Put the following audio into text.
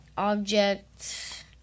object